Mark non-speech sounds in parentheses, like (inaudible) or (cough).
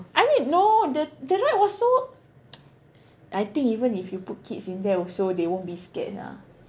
I mean no the the ride was so (noise) I think even if you put kids in there also they won't be scared sia